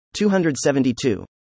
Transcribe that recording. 272